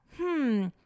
Hmm